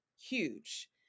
huge